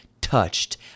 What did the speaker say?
touched